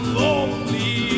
lonely